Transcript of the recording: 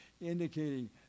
indicating